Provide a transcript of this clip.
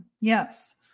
Yes